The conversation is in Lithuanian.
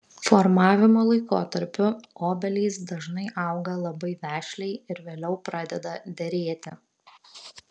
formavimo laikotarpiu obelys dažnai auga labai vešliai ir vėliau pradeda derėti